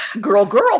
girl-girl